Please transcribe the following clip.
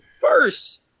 first-